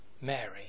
Mary